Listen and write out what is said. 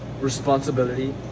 responsibility